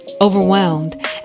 overwhelmed